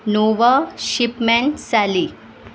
nova ship man sally